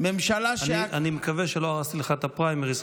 אני מקווה שלא הרסתי לך את הפריימריז,